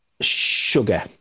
Sugar